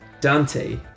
Dante